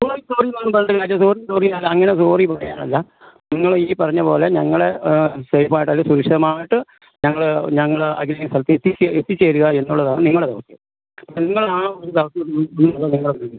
sorry sorry ഒന്നും പറഞ്ഞിട്ട് കാര്യം സോറി സോറി അല്ല അങ്ങനെ സോറി പറയാനല്ല നിങ്ങൾ ഈ പറഞ്ഞത് പോലെ ഞങ്ങളെ സേഫായിട്ട് അല്ലേ സുരക്ഷിതമായിട്ട് ഞങ്ങൾ ഞങ്ങൾ ആഗ്രഹിക്കുന്ന സ്ഥലത്ത് എത്തിച്ചേരുക എത്തിച്ചേരുക എന്നുള്ളതാണ് നിങ്ങളെ ദൗത്യം നിങ്ങൾ ആ